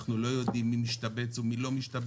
אנחנו לא יודעים מי משתבץ או מי לא משתבץ,